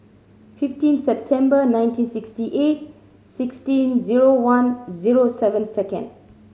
fifteen September nineteen sixty eight sixteen zero one zero seven second